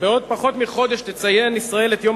בעוד פחות מחודש תציין ישראל את יום